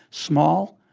small?